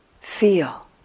feel